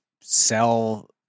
sell